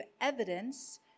evidence